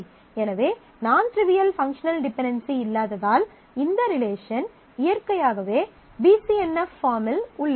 எனவே நான் trivial functional dependency இல்லாததால் இந்த ரிலேஷன் இயற்கையாகவே பி சி என் எஃப் பார்மில் உள்ளது